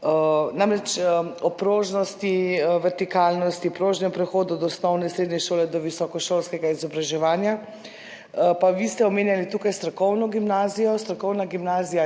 tudi o prožnosti, vertikalnosti, prožnem prehodu od osnovne in srednje šole do visokošolskega izobraževanja, vi ste omenjali tukaj strokovno gimnazijo. Strokovna gimnazija,